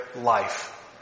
life